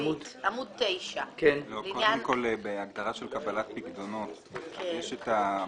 העמדה שלהם היא כפי שהוצגה.